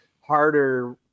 harder